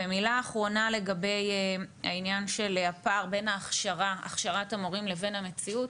מילה אחרונה לגבי עניין הפער בין הכשרת המורים לבין המציאות.